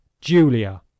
Julia